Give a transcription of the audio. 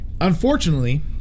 Unfortunately